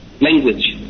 language